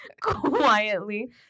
Quietly